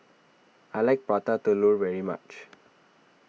I like Prata Telur very much